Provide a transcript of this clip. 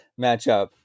matchup